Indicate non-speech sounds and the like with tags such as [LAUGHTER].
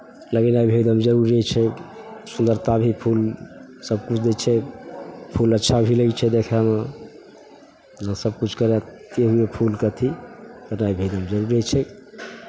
लगेनाइ भी एकदम जरूरी छै सुन्दरता भी फूल सभकिछु दै छै फूल अच्छा भी लगै छै देखयमे जेना सभकिछु करै करते हुए फूलके अथि [UNINTELLIGIBLE] जरूरिए छै